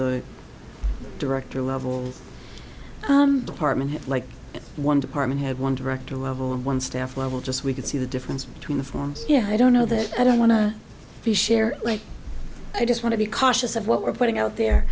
the director level department like one department had one director level and one staff level just we could see the difference between the forms yeah i don't know that i don't want to share like i just want to be cautious of what we're putting out there